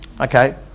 Okay